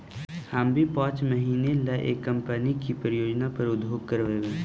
हम भी पाँच महीने ला एक कंपनी की परियोजना पर उद्योग करवई